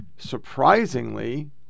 Surprisingly